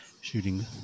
shooting